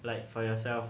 like for yourself